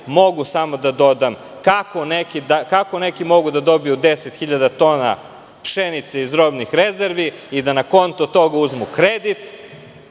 mogu da dodam – kako neki mogu da dobiju 10.000 tona pšenice iz robnih rezervi i da na kontu toga uzmu kredit?